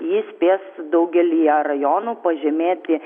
ji spės daugelyje rajonų pažemėti